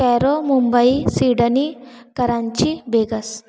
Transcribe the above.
Cairo Mumbai Sydney Karachi bags